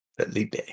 Felipe